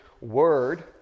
word